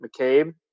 McCabe